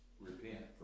repent